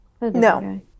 No